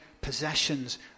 possessions